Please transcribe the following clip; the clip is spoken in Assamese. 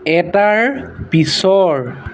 এটাৰ পিছৰ